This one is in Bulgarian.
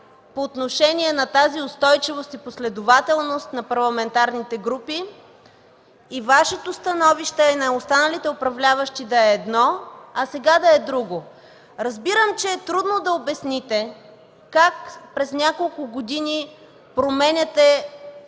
по отношение на тази устойчивост и последователност на парламентарните групи и Вашето становище, а и на останалите управляващи, да е едно, а сега да е друго. Разбирам, че е трудно да обясните как през няколко години променяте